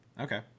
Okay